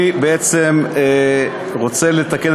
אני בעצם רוצה לתקן.